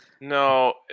No